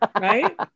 Right